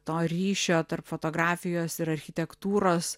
to ryšio tarp fotografijos ir architektūros